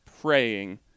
praying